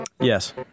Yes